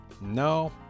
No